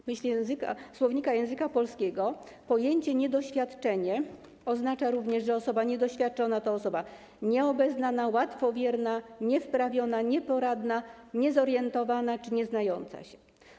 W myśl słownika języka polskiego pojęcie „niedoświadczenie” oznacza również, że osoba niedoświadczona to osoba nieobeznana, łatwowierna, niewprawiona, nieporadna, niezorientowana czy nieznająca się.